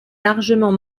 largement